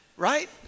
right